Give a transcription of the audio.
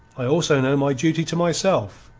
i also know my duty to myself.